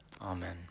Amen